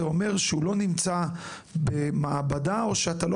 זה אומר שהוא לא נמצא במעבדה או שאתה לא